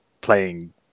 playing